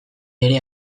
ere